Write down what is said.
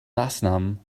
maßnahmen